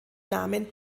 namen